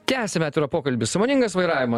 tęsiame pokalbį sąmoningas vairavimas